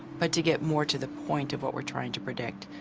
but to get more to the point of what we're trying to predict.